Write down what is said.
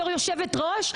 בתור יושבת ראש?